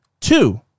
Two